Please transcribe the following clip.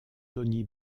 toni